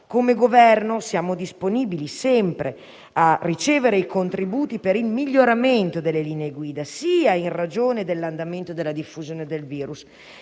Come Governo, siamo disponibili sempre a ricevere i contributi per il miglioramento delle linee guida, sia in ragione dell'andamento della diffusione del virus